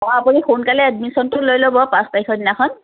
অ আপুনি সোনকালে এডমিশ্যনটো লৈ ল'ব পাঁচ তাৰিখৰ দিনাখন